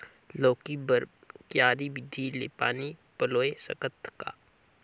लौकी बर क्यारी विधि ले पानी पलोय सकत का?